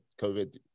COVID